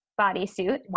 bodysuit